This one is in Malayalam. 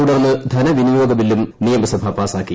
തുടർന്ന് ധനവിനിയോഗബില്ലും നിയമസഭ പാസാക്കി